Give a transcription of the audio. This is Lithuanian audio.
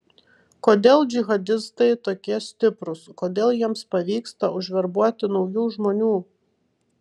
kodėl džihadistai tokie stiprūs kodėl jiems pavyksta užverbuoti naujų žmonių